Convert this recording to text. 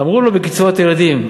אמרו לו: בקצבאות ילדים.